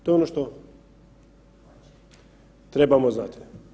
To je ono što trebamo znati.